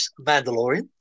Mandalorian